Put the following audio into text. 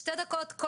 שתי דקות כל